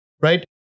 right